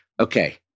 Okay